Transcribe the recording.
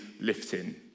lifting